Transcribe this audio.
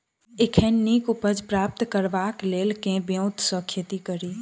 एखन नीक उपज प्राप्त करबाक लेल केँ ब्योंत सऽ खेती कड़ी?